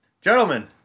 Gentlemen